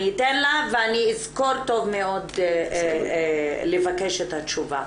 אני אתן לה ואני אזכור טוב מאוד לבקש את התשובה.